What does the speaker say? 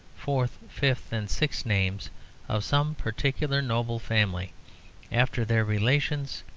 fourth, fifth, and sixth names of some particular noble family after their relations,